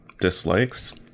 dislikes